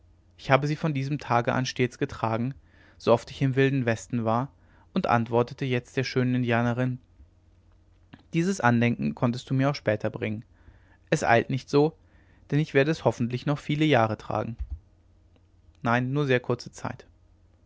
ich habe sie von diesem tage an stets getragen so oft ich im wilden westen war und antwortete jetzt der schönen indianerin dieses andenken konntest du mir auch später bringen es eilt nicht so denn ich werde es hoffentlich noch viele jahre tragen nein nur kurze sehr kurze zeit